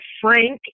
Frank